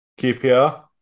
QPR